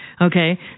Okay